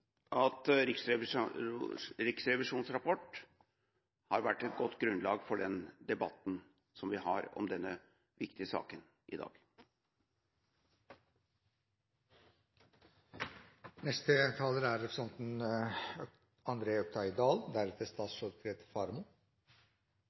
at Riksrevisjonens rapport har vært et godt grunnlag for den debatten som vi har om denne viktige saken i dag. Jeg har lyst til å takke saksordfører og flere andre